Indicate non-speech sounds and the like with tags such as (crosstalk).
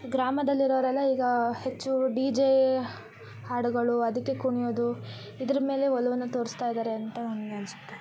ಗ್ರಾಮದಲ್ಲಿರೋರೆಲ್ಲ ಈಗ ಹೆಚ್ಚು D J ಹಾಡುಗಳು ಅದಕ್ಕೆ ಕುಣಿಯೋದು ಇದ್ರ ಮೇಲೆ ಒಲವನ್ನು ತೋರಿಸ್ತಾ ಇದ್ದಾರೆ ಅಂತ (unintelligible) ಅನ್ನಿಸುತ್ತೆ